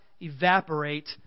evaporate